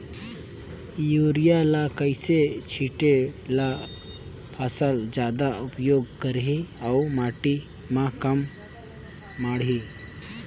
Urea ल कइसे छीचे ल फसल जादा उपयोग करही अउ माटी म कम माढ़ही?